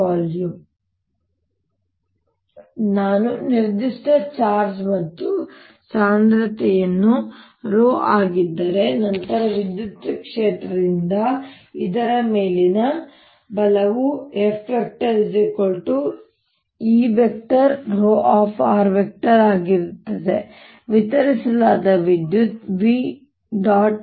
jvolume ನಾನು ನಿರ್ದಿಷ್ಟ charge ಮತ್ತು ಸಾಂದ್ರತೆಯನ್ನು ρ ಆಗಿದ್ದರೆ ನಂತರ ವಿದ್ಯುತ್ ಕ್ಷೇತ್ರದಿಂದಾಗಿ ಇದರ ಮೇಲಿನ ಬಲವು FEρ ಆಗಿರುತ್ತದೆ ಮತ್ತು ವಿತರಿಸಲಾದ ವಿದ್ಯುತ್ v